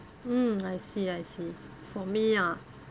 mm I see I see for me ah